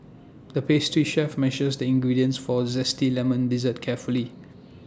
the pastry chef measured the ingredients for A Zesty Lemon Dessert carefully